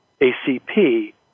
ACP